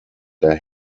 their